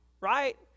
right